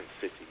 city